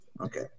okay